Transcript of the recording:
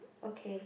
okay